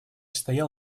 стоял